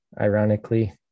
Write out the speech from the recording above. ironically